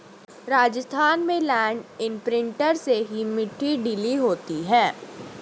राजस्थान में land imprinter से ही मिट्टी ढीली होती है